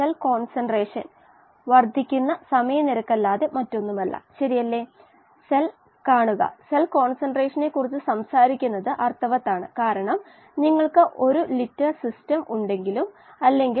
ഇതാണ് വായു കുമിള ഇതാണ് കോശം ഇത് ദ്രാവക മാധ്യമമാണ് ഇവ രണ്ടും നമ്മുടെ സിസ്റ്റത്തിൽ യഥാർത്ഥത്തിൽ ഉണ്ട്